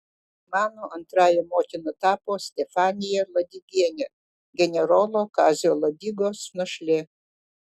mano antrąja motina tapo stefanija ladigienė generolo kazio ladigos našlė